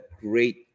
great